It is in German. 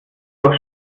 doch